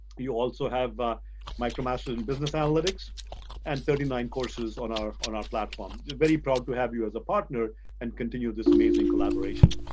you also have micromasters in business analytics and thirty nine courses on our on our platform. we're very proud to have you as a partner and continue this amazing collaboration.